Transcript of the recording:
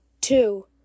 two